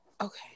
okay